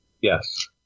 Yes